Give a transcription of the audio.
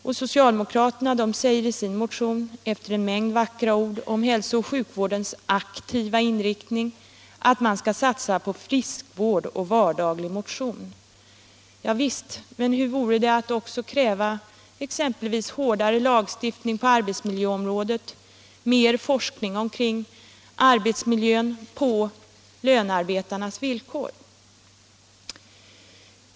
Och socialdemokraterna säger i sin motion, efter en mängd vackra ord om hälsooch sjukvårdens aktiva inriktning, att man skall satsa på friskvård och vardaglig motion. Javisst, men hur vore det att också kräva hårdare lagstiftning på arbetsmiljöområdet och mer forskning omkring arbetsmiljön på lönarbetarnas villkor?